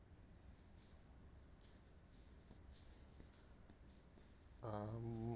um